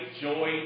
joy